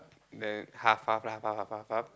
then half half lah half half half half half